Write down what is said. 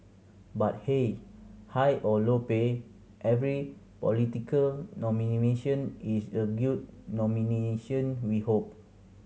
but hey high or low pay every political is a good nomination we hope